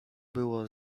było